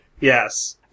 yes